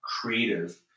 creative